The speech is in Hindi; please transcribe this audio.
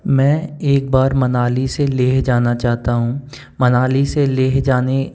मैं एक बार मनाली से लेह जाना चाहता हूँ मनाली से लेह जाने